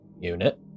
unit